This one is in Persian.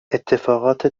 اتفاقات